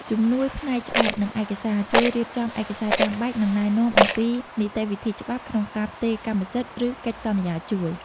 ជំនួយផ្នែកច្បាប់ និងឯកសារ ជួយរៀបចំឯកសារចាំបាច់ និងណែនាំអំពីនីតិវិធីច្បាប់ក្នុងការផ្ទេរកម្មសិទ្ធិ ឬកិច្ចសន្យាជួល។